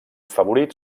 favorit